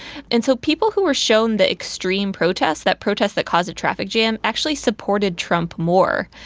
and so people who were shown the extreme protest, that protest that caused a traffic jam, actually supported trump more,